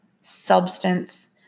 substance